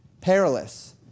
Perilous